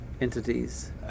entities